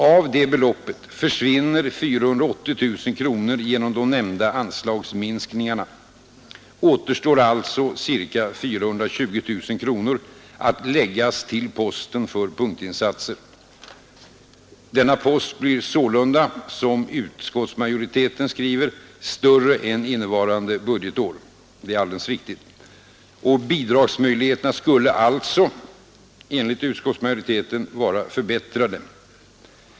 Av detta belopp försvinner 480 000 kronor genom den nämnda anslagsminskningen. Återstår alltså ca 420 000 kronor att läggas till posten för punktinsatser. Denna post blir sålunda, som utskottsmajoriteten skriver, större än innevarande budgetår. Det är alldeles riktigt. Och bidragsmöjligheterna skulle alltså enligt utskottsmajoriteten vara förbättrade.